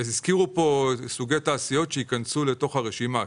הזכירו פה סוגי תעשיות שייכנסו לתוך הרשימה,